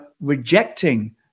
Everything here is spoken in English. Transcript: rejecting